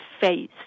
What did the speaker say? face